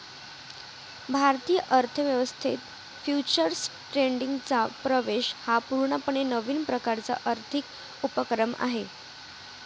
भारतीय अर्थ व्यवस्थेत फ्युचर्स ट्रेडिंगचा प्रवेश हा पूर्णपणे नवीन प्रकारचा आर्थिक उपक्रम आहे